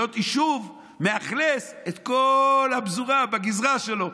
יישוב שמאכלס את כל הפזורה בגזרה שלו,